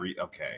Okay